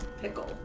Pickle